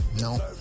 No